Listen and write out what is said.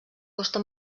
costa